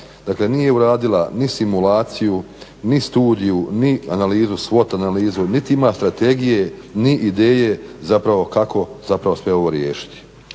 dakle nije uradila ni simulaciju, ni studiju, ni analizu svota, ni analizu, niti ima strategije ni ideje zapravo kako sve ovo riješiti.